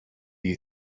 you